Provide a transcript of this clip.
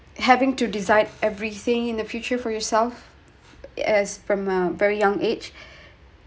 having to decide everything in the future for yourself as from a very young age